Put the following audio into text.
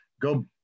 go